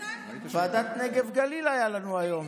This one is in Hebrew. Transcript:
ועדת הנגב והגליל, היה לנו היום.